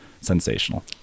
sensational